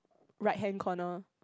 right hand corner